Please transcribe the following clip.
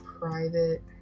Private